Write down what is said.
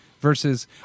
versus